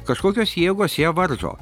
kažkokios jėgos ją varžo